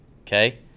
okay